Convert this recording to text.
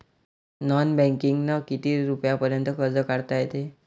Non बँकिंगनं किती रुपयापर्यंत कर्ज काढता येते?